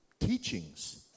teachings